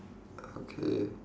uh okay